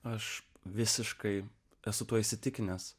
aš visiškai esu tuo įsitikinęs